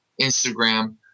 Instagram